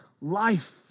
life